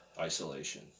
isolation